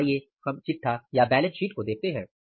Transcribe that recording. अब आइए हम चिट्ठा या बैलेंस शीट को देखते हैं